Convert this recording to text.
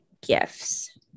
gifts